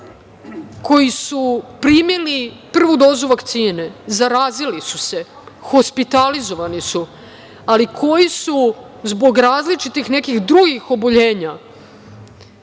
koji su primili prvu dozu vakcine, zarazili su se, hospitalizovani su, ali koji su zbog različitih nekih drugih oboljenja